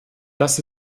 das